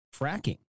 fracking